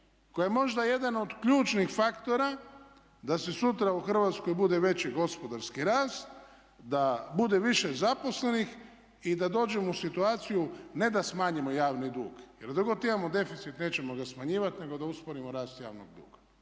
koja je možda jedan od ključnih faktora da se sutra u Hrvatskoj bude veći gospodarski rast, da bude više zaposlenih i da dođemo u situaciju ne da smanjimo javni dug, jer dok god imamo deficit nećemo ga smanjivati nego da usporimo rast javnog duga.